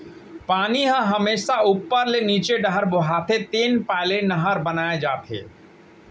पानी ह हमेसा उप्पर ले नीचे डहर बोहाथे तेन पाय ले नहर बनाए जाथे